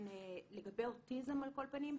לגבי אוטיזם על כל פנים,